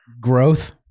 Growth